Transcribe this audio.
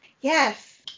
Yes